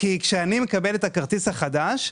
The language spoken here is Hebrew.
כי כשאני מקבל את הכרטיס החדש,